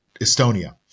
Estonia